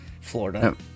Florida